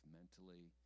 mentally